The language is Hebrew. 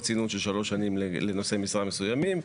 צינון של שלוש שנים לנושאי משרה מסוימים,